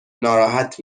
ناراحت